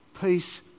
peace